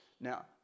Now